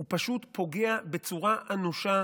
הוא פשוט פוגע בצורה אנושה